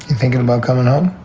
thinking about coming on.